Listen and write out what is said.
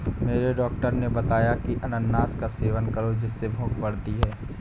मेरे डॉक्टर ने बताया की अनानास का सेवन करो जिससे भूख बढ़ती है